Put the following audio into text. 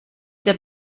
der